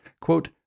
Quote